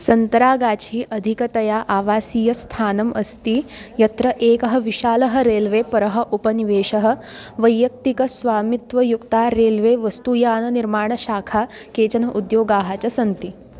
सन्तरागाछि अधिकतया आवासीयस्थानम् अस्ति यत्र एकः विशालः रेल्वे परः उपनिवेशः वैयक्तिकस्वामित्वयुक्ता रेल्वे वस्तुयाननिर्माणशाखा केचन उद्योगाः च सन्ति